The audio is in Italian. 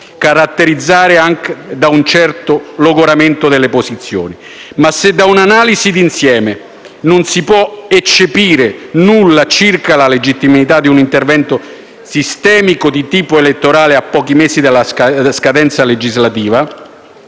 caratterizzata anche da un certo logoramento delle posizioni. Del resto, se ad un'analisi di insieme non si può eccepire nulla circa la legittimità di un intervento sistemico di tipo elettorale a pochi mesi dalla scadenza della legislatura,